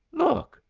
look!